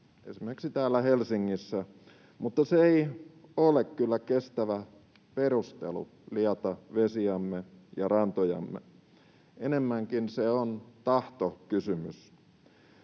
esimerkiksi täällä Helsingissä, mutta se ei ole kyllä kestävä perustelu liata vesiämme ja rantojamme, enemmänkin se on tahtokysymys.